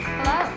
Hello